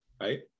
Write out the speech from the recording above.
right